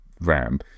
RAM